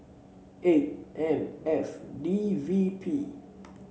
eight M F D V P